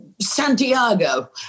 Santiago